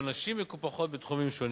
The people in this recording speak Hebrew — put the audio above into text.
שבו נשים מקופחות בתחומים שונים.